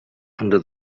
under